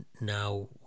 now